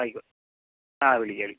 ആയിക്കോട്ടെ ആ വിളിക്കാ